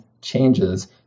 changes